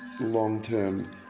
long-term